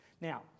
Now